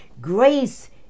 grace